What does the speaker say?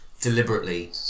Deliberately